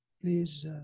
please